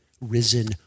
risen